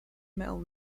mill